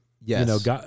Yes